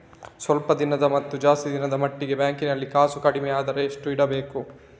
ಸ್ವಲ್ಪ ದಿನದ ಮತ್ತು ಜಾಸ್ತಿ ದಿನದ ಮಟ್ಟಿಗೆ ಬ್ಯಾಂಕ್ ನಲ್ಲಿ ಕಾಸು ಕಡಿಮೆ ಅಂದ್ರೆ ಎಷ್ಟು ಇಡಬೇಕು?